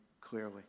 clearly